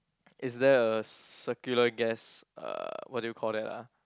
is there a circular gas uh what do you call that ah